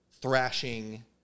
thrashing